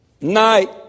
Night